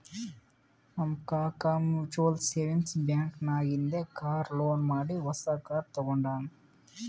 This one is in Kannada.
ನಮ್ ಕಾಕಾ ಮ್ಯುಚುವಲ್ ಸೇವಿಂಗ್ಸ್ ಬ್ಯಾಂಕ್ ನಾಗಿಂದೆ ಕಾರ್ ಲೋನ್ ಮಾಡಿ ಹೊಸಾ ಕಾರ್ ತಗೊಂಡಾನ್